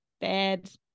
bad